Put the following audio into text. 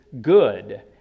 good